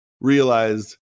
realized